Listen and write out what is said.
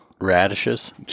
Radishes